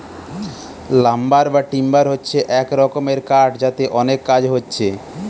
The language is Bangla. লাম্বার বা টিম্বার হচ্ছে এক রকমের কাঠ যাতে অনেক কাজ হচ্ছে